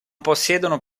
possiedono